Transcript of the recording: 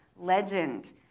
legend